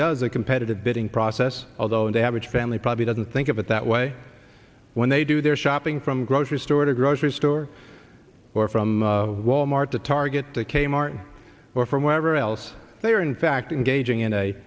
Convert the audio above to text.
does a competitive bidding process although the average family probably doesn't think of it that way when they do their shopping from grocery store to grocery store or from wal mart to target to kmart or from wherever else they are in fact engaging in a